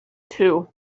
too